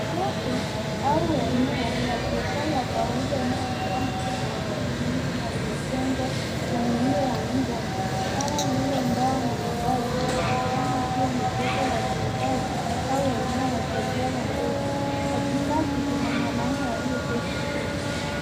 Soko au eneo la biashara ya kawaida unaonekana kuwa na shughuli nyingi na limejengwa kwa miundo ya mda kama vile mbao na mabati inaonekana kua ni soko la juakali au eneo la biashara ndogo, katikati kuna mwanaume aliyeketi chini.